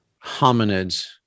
hominids